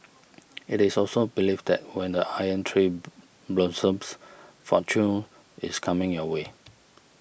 it is also believed that when the Iron Tree blossoms fortune is coming your way